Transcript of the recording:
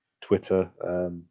Twitter